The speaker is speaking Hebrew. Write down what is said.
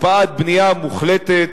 הקפאת בנייה מוחלטת,